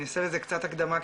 אני אעשה לזה קצת הקדמה,